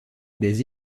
des